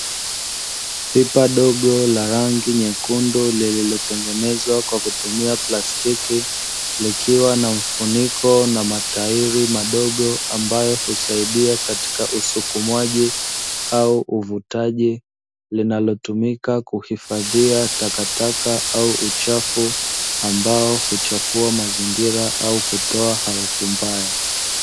Pipa dogo la rangi nyekundu lililotengenezwa kwa kutumia plastiki likiwa na mfuniko na matahiri madogo ambayo husaidia katika usukumwaji au uvutaji linalotumika kuhifadhia takatak au uchafu ambao huchafua mazingira au kutoa harufu mbaya.